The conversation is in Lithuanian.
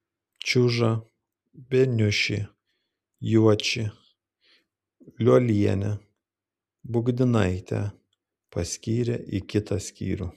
čiužą beniušį juočį liolienę budginaitę paskyrė į kitą skyrių